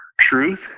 truth